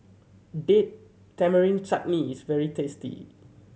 Date Tamarind Chutney is very tasty